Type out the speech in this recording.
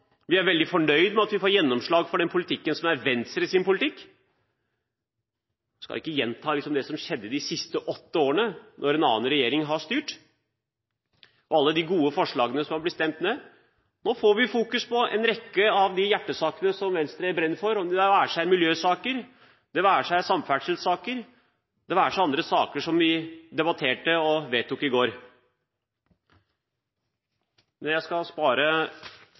Vi er veldig fornøyd med at vi får gjennomslag for den politikken som er Venstres politikk. Jeg skal ikke gjenta det som skjedde de siste åtte årene da en annen regjering styrte, og alle de gode forslagene som har blitt stemt ned. Nå får vi fokus på en rekke av de hjertesakene Venstre brenner for, det være seg miljøsaker, det være seg samferdselssaker, det være seg andre saker som vi debatterte og vedtok i går. Men jeg skal spare